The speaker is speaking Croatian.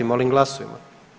Molim glasujmo.